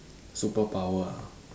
superpower ah